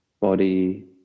body